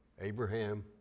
Abraham